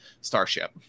starship